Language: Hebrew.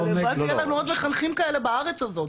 הלוואי ויהיה לנו עוד מחנכים כאלה בארץ הזאת.